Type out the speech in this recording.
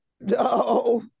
No